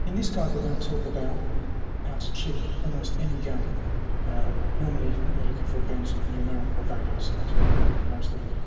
in this guide, we are going to talk about how to cheat almost any game normally we are looking for games with numerical values so that's most of them.